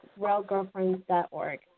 realgirlfriends.org